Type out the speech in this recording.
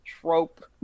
trope